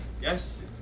Yes